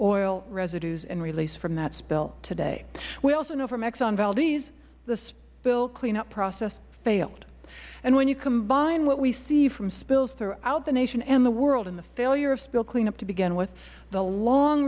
oil residues and release from that spill today we also know from exxon valdez the spill cleanup process failed when you combine what we see from spills throughout the nation in the world and the failure of spill cleanup to begin with the long